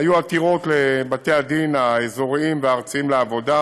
היו עתירות לבתי-הדין האזוריים והארציים לעבודה,